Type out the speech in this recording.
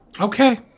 Okay